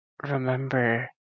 remember